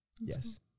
Yes